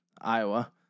Iowa